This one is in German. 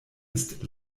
ist